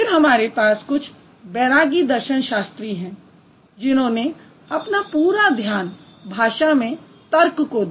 फिर हमारे पास कुछ बैरागी दर्शन शास्त्री हैं जिन्होंने अपना पूरा ध्यान भाषा में तर्क को दिया